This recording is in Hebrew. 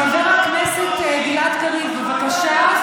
חבר הכנסת גלעד קריב, בבקשה.